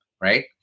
right